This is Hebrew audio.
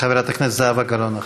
חברת הכנסת זהבה גלאון אחריה.